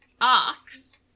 ox